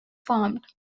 farmed